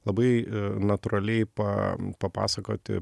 labai natūraliai pa papasakoti